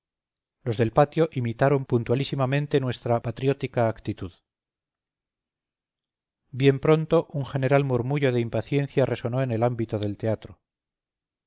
los del patio imitaron puntualísimamente nuestra patriótica actitud bien pronto un general murmullo de impaciencia resonó en el ámbito del teatro